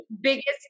biggest